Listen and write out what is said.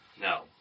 No